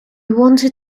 wanted